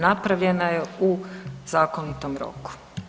Napravljena je u zakonitom roku.